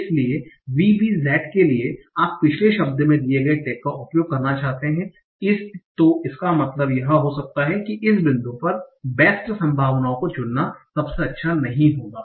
इसलिए VBZ के लिए आप पिछले शब्द में दिए गए टैग का उपयोग करना चाहते हैं तो इसका मतलब यह हो सकता है कि इस बिंदु पर बेस्ट संभावनाओं को चुनना सबसे अच्छा नहीं होगा